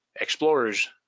explorers